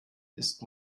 ist